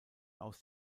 aus